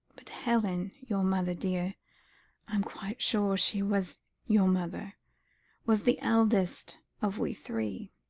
but helen, your mother, dear i am quite sure she was your mother was the eldest of we three.